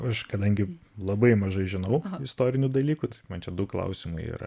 aš kadangi labai mažai žinau istorinių dalykų man čia du klausimai yra